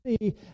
see